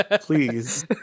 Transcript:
please